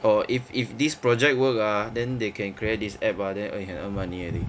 or if if this project work ah then they can create this app ah then they can earn money already